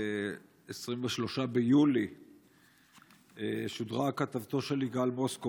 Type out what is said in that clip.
ב-23 ביולי שודרה כתבתו של יגאל מוסקו